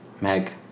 Meg